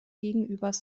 gegenübers